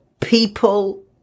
People